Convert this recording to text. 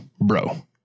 bro